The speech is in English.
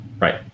Right